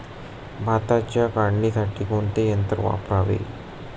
भाताच्या काढणीसाठी कोणते यंत्र वापरावे?